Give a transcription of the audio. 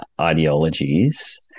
ideologies